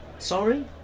Sorry